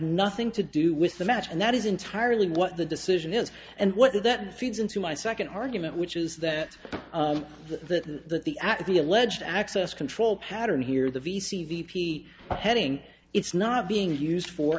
nothing to do with the match and that is entirely what the decision is and what that feeds into my second argument which is that the the at the alleged access control pattern here the v c v p heading it's not being used for